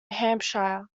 hampshire